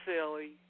silly